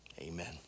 amen